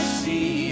see